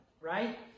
right